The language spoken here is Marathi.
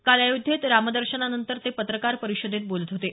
काल अयोध्येत रामदर्शनानंतर ते पत्रकार परिषदेत बोलत होते